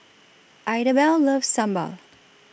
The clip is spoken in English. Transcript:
Idabelle loves Sambal